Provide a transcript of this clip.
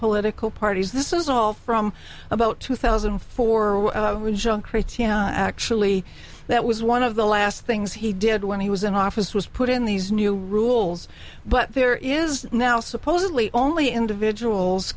political parties this is all from about two thousand and four when john creates actually that was one of the last things he did when he was in office was put in these new rules but there is now supposedly only individuals